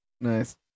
Nice